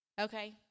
Okay